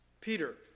Peter